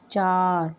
ਚਾਰ